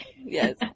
Yes